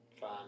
fine